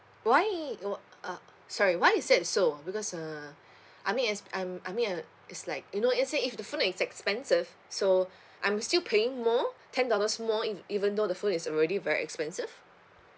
why oh uh sorry why is that so because uh I mean as I'm I mean uh it's like you know let's say if the phone is expensive so I'm still paying more ten dollars more e~ even though the phone is already very expensive